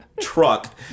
truck